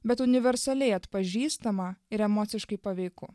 bet universaliai atpažįstama ir emociškai paveiku